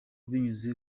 binyuze